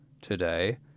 today